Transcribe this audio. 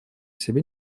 себе